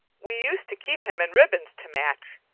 we used to keep him in ribbons to match,